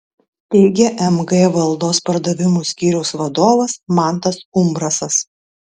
teigia mg valdos pardavimų skyriaus vadovas mantas umbrasas